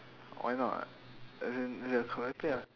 why not as in as in collect it lah